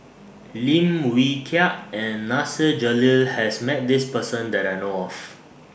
Lim Wee Kiak and Nasir Jalil has Met This Person that I know off